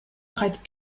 кайтып